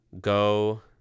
go